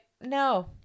No